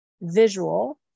visual